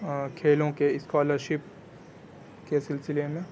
کھیلوں کے اسکالرشپ کے سلسلے میں